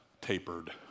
tapered